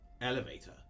elevator